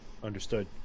understood